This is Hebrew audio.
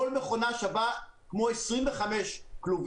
כל מכונה שווה כמו 25 כלובים.